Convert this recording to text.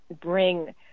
bring